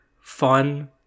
fun